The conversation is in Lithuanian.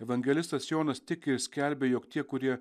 evangelistas jonas tik ir skelbia jog tie kurie